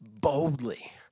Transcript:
boldly